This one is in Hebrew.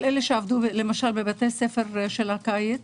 כל אלה שעבדו למשל בבתי הספר של הקיץ